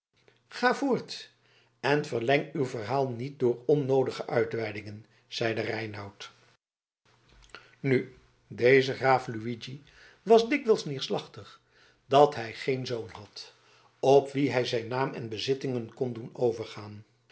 ga voort en verleng uw verhaal niet door onnoodige uitweidingen zeide reinout nu deze graaf luigi was dikwijls neerslachtig dat hij geen zoon had op wien hij zijn naam en bezittingen kon doen overgaan